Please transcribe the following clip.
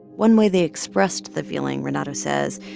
one way they expressed the feeling, renato says,